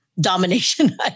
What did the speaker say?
domination